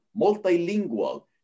multilingual